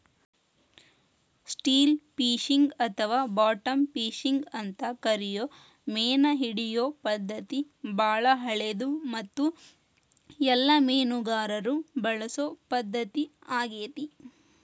still fishing ಅಥವಾ bottom fishing ಅಂತ ಕರಿಯೋ ಮೇನಹಿಡಿಯೋ ಪದ್ಧತಿ ಬಾಳ ಹಳೆದು ಮತ್ತು ಎಲ್ಲ ಮೇನುಗಾರರು ಬಳಸೊ ಪದ್ಧತಿ ಆಗೇತಿ